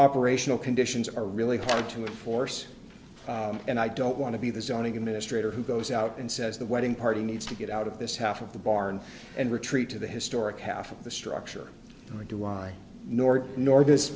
operational conditions are really hard to enforce and i don't want to be the zoning administrator who goes out and says the wedding party needs to get out of this half of the barn and retreat to the historic half of the structure or do i nor nor this